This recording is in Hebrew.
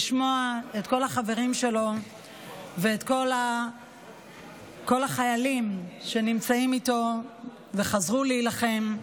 לשמוע את כל החברים שלו ואת כל החיילים שנמצאים איתו וחזרו להילחם.